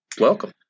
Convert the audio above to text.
welcome